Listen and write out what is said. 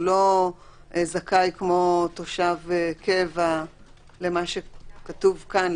הוא לא זכאי כמו תושב קבע למה שכתוב פה,